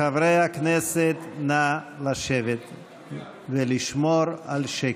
חברי הכנסת, נא לשבת ולשמור על שקט.